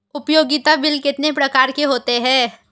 उपयोगिता बिल कितने प्रकार के होते हैं?